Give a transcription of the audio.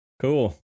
Cool